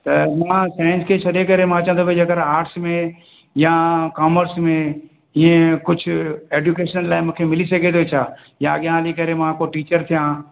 पर मां साईंस खे छॾे करे मां सोचियां थो भई जे अगरि आर्टस में या कॉमर्स में हीअं कुझु एजुकेशन लाइ मूंखे मिली सघे थो छा या अॻियां हली करे मां पोइ टीचर थियां